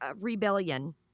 rebellion